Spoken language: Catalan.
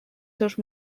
seus